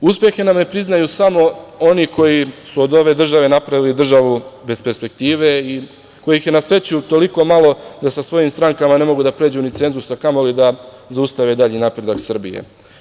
Uspehe nam ne priznaju samo oni koji su od ove države napravili državu bez perspektive i kojih je na sreću toliko malo da sa svojim strankama ne mogu da pređu ni cenzus, a kamoli da zaustave dalji napredak Srbije.